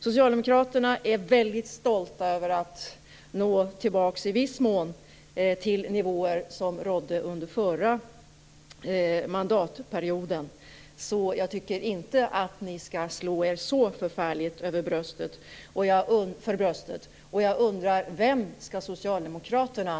Socialdemokraterna är väldigt stolta över att i viss mån nå tillbaka till nivåer som gällde under den förra mandatperioden, så jag tycker inte att de skall slå sig för bröstet så förfärligt. Jag undrar: Vem skall Socialdemokraterna regera med när man nu hoppas på seger i valet i höst?